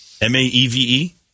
M-A-E-V-E